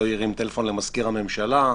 לא הרים טלפון למזכיר הממשלה,